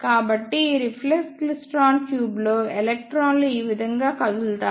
కాబట్టి ఈ reflex klystron ట్యూబ్లో ఎలక్ట్రాన్లు ఈ విధంగా కదులుతాయి